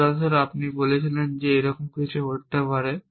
উদাহরণস্বরূপ আমি বলেছিলাম যে আপনি এরকম কিছু করতে পারেন